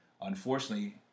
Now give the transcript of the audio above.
unfortunately